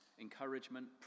encouragement